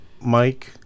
mike